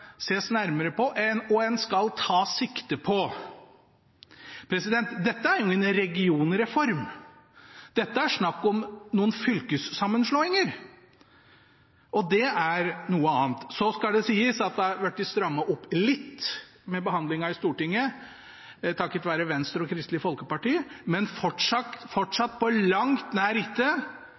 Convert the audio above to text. ses nærmere på, og en skal «ta sikte på». Dette er ingen regionreform. Dette er snakk om noen fylkessammenslåinger, og det er noe annet. Det skal sies at det har blitt strammet opp litt gjennom behandlingen i Stortinget, takket være Venstre og Kristelig Folkeparti, men fortsatt er det ikke på langt nær